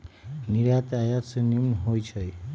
निर्यात आयात से निम्मन होइ छइ